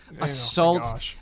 assault